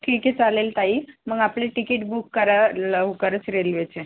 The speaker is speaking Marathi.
ठीक आहे चालेल ताई मग आपली तिकीट बुक करा लवकरच रेल्वेचे